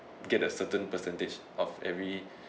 get a certain percentage of every